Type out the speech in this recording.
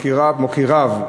מכיריו, מוקיריו,